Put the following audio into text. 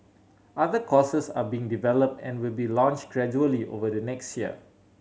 other courses are being develop and will be launch gradually over the next year